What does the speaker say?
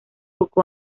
poco